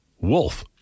Wolf